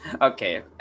Okay